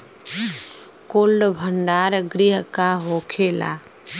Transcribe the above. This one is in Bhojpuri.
कोल्ड भण्डार गृह का होखेला?